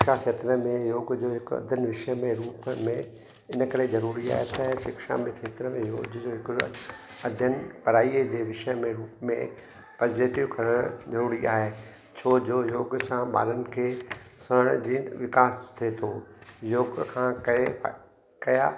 शिक्षा क्षेत्र में योग जो हिकु अध्ययन विषय में रूप में इन करे ज़रूरी आहे त शिक्षा में क्षेत्र में रोज़ जो हिकिड़ो अध्यन पढ़ाई जे विषय में में पॉजिटिव करणु ज़रूरी आहे छो जो योग सां ॿारनि खे शरीर जी विकास थिए थो योग खां कईं कया